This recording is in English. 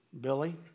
Billy